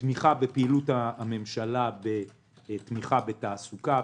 תמיכה בפעילות הממשלה בתעסוקה,